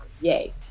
yay